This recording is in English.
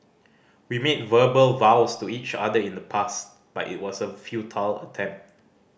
we made verbal vows to each other in the past but it was a futile attempt